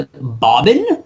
Bobbin